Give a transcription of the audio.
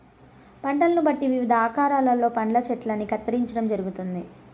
పంటలను బట్టి వివిధ ఆకారాలలో పండ్ల చెట్టల్ని కత్తిరించడం జరుగుతుంది